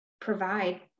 provide